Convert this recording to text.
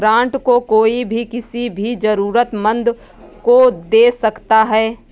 grant को कोई भी किसी भी जरूरतमन्द को दे सकता है